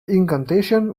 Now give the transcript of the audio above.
incantation